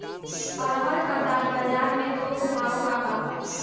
अरहर क दाल बजार में थोक भाव का बा?